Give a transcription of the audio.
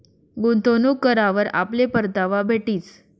गुंतवणूक करावर आपले परतावा भेटीस